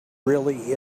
really